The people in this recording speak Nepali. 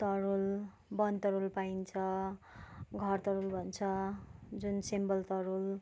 तरुल बनतरुल पाइन्छ घरतरुल भन्छ जुन सिमलतरुल